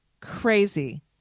crazy